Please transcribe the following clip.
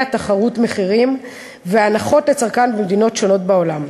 תחרות מחירים והנחות לצרכן במדינות שונות בעולם.